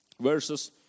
verses